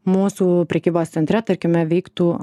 mūsų prekybos centre tarkime veiktų